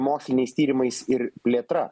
moksliniais tyrimais ir plėtra